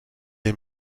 est